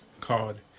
called